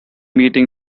meeting